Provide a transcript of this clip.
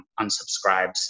unsubscribes